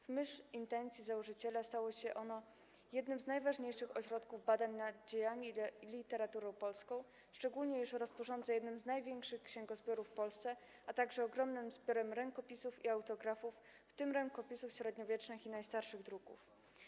W myśl intencji założyciela stało się ono jednym z najważniejszych ośrodków badań nad dziejami i literaturą polską, szczególnie iż rozporządza jednym z największych księgozbiorów w Polsce, a także ogromnym zbiorem rękopisów i autografów, w tym rękopisów średniowiecznych i najstarszych druków.